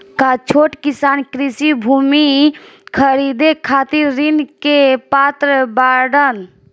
का छोट किसान कृषि भूमि खरीदे खातिर ऋण के पात्र बाडन?